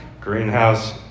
Greenhouse